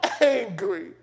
angry